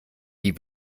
die